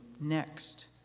next